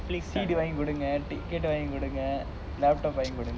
C_D வாங்கி கொடுங்க:vaangi kodunga ticket வாங்கி கொடுங்க:vaangi kodunga laptop வாங்கி கொடுங்க:vaangi kodunga